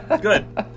good